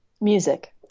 Music